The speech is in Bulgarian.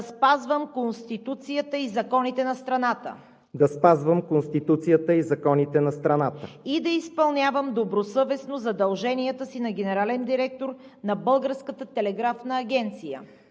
да спазвам Конституцията и законите на страната и да изпълнявам добросъвестно задълженията си на генерален директор на